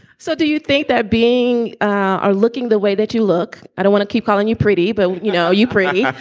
so do you think that being are looking the way that you look? i don't wanna keep calling you pretty, but, you know, you pray. yeah